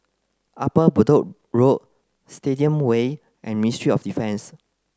Upper Bedok Road Stadium Way and Ministry of Defence